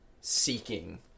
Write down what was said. seeking